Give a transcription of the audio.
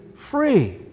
Free